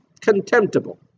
Contemptible